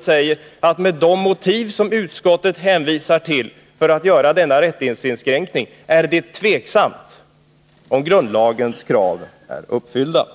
som säger att med de motiv som utskottet hänvisar till för att göra denna rättighetsinskränkning är det tveksamt om grundlagens krav är uppfyllda.